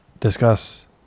discuss